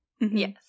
Yes